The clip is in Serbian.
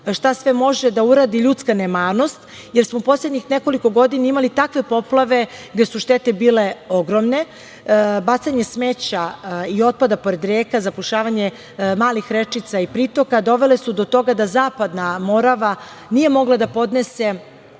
šta sve može da uradi ljudska nemarnost, jer smo u poslednjih nekoliko godina imali takve poplave gde su štete bile ogromne. Bacanje smeća i otpada pored reka, zapušavanje malih rečica i pritoka doveli su do toga da Zapadne Morava nije mogla da podnese